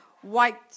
white